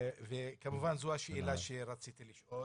כמובן זו השאלה שרציתי לשאול.